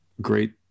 great